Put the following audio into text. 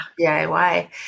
DIY